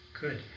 Good